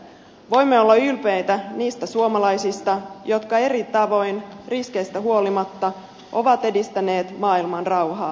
voimme olla ylpeitä niistä suomalaisista jotka eri tavoin riskeistä huolimatta ovat edistäneet maailmanrauhaa